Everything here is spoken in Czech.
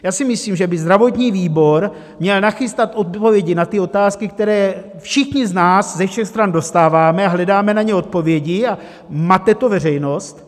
Já si myslím, že by zdravotní výbor měl nachystat odpovědi na ty otázky, které všichni z nás ze všech stran dostáváme, hledáme na ně odpovědi, a mate to veřejnost.